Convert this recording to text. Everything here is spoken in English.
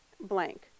blank